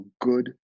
good